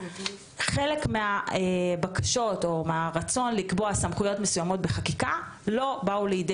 ואפשר להגיד שחלק מהרצון לקבוע סמכויות מסוימות בחקיקה לא בא לידי